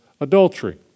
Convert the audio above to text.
adultery